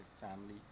family